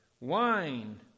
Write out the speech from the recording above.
wine